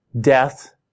death